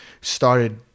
started